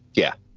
yeah,